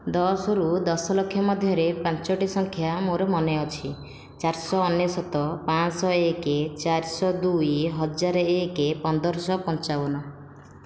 ଦଶରୁ ଦଶ ଲକ୍ଷ ମଧ୍ୟରେ ପାଞ୍ଚୋଟି ସଂଖ୍ୟା ମୋର ମନେ ଅଛି ଚାରିଶହ ଅନେଶ୍ଵତ ପାଞ୍ଚଶହ ଏକ ଚାରିଶହ ଦୁଇ ହଜାର ଏକ ପନ୍ଦରଶହ ପଞ୍ଚାବନ